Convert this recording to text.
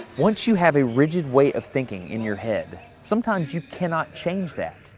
once you have a rigid way of thinking in your head, sometimes you cannot change that,